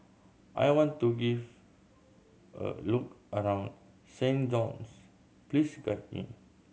I want to give a look around Saint John's please guide me